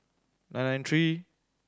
nine nine three